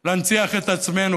להנציח את עצמנו,